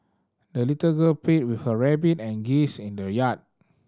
the little girl played with her rabbit and geese in the yard